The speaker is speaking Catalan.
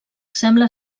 sembla